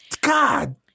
God